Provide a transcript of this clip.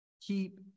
keep